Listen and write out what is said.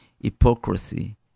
hypocrisy